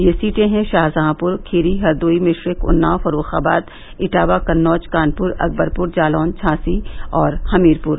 ये सीटें हैं शाहजहांप्र खीरी हरदोई मिश्रिख उन्नाव फर्रूखाबाद इटावा कन्नौज कानप्र अकबरप्र जालौन झांसी और हमीरपुर